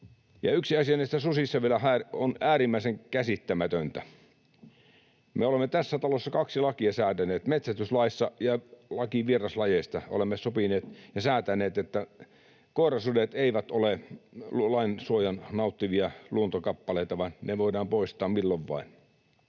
yksi asia näissä susissa on äärimmäisen käsittämätöntä. Me olemme tässä talossa säätäneet kaksi lakia metsästyslaissa ja laissa vieraslajeista. Olemme sopineet ja säätäneet, että koirasudet eivät ole lainsuojaa nauttivia luontokappaleita, vaan ne voidaan poistaa milloin vain.